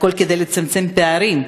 הכול כדי לצמצם פערים,